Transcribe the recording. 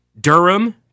Durham